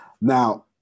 now